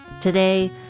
Today